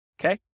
okay